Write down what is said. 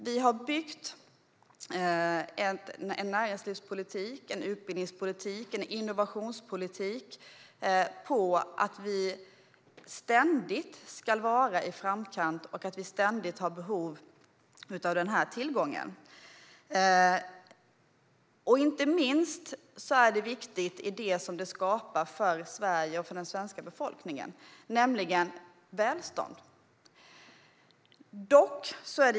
Vi har byggt en näringslivspolitik, en utbildningspolitik och en innovationspolitik på att ständigt ligga i framkant och på att vi har behov av den här tillgången. Det är inte minst viktigt för vad det skapar för Sverige och den svenska befolkningen, nämligen välstånd.